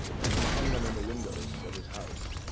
and he hung them in the windows of his house.